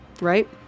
right